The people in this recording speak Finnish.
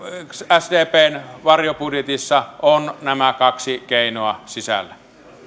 sdpn varjobudjetissa on nämä kaksi keinoa sisällä